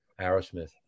Aerosmith